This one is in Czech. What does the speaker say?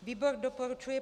Výbor doporučuje